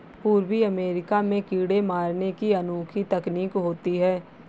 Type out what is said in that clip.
पूर्वी अमेरिका में कीड़े मारने की अनोखी तकनीक होती है